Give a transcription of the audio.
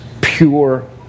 pure